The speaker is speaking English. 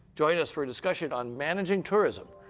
join us for a discussion on managing tourism.